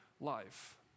life